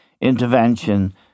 intervention